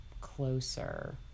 closer